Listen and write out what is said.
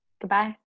Goodbye